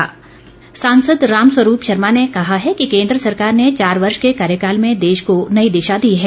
राम स्वरूप सांसद राम स्वरूप शर्मा ने कहा है कि केन्द्र सरकार ने चार वर्ष के कार्यकाल में देश को नई दिशा दी है